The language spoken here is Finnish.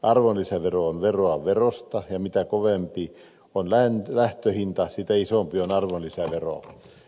arvonlisävero on veroa verosta ja mitä kovempi on lähtöhinta sitä isompi on arvonlisävero